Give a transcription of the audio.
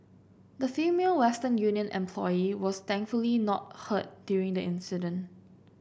the female Western Union employee was thankfully not hurt during the incident